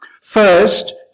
First